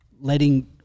letting –